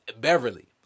Beverly